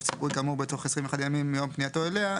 ציבורי כאמור בתוך 21 ימים מיום פנייתו אליה,